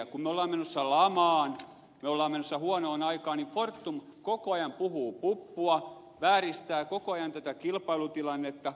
kun me olemme menossa lamaan me olemme menossa huonoon aikaan niin fortum koko ajan puhuu puppua vääristää koko ajan kilpailutilannetta